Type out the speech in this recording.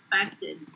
expected